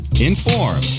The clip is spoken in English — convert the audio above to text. inform